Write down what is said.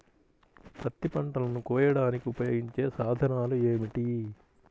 పత్తి పంటలను కోయడానికి ఉపయోగించే సాధనాలు ఏమిటీ?